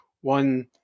one